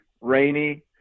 rainy